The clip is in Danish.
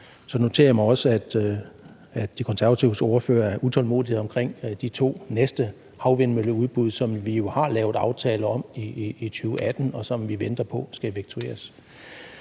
Så noterer jeg mig også, at De Konservatives ordfører er utålmodig omkring de to næste havvindmølleudbud, som vi jo har lavet aftale om i 2018, og som vi venter på skal effektueres.